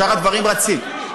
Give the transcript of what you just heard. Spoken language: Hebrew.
שאר הדברים רצים.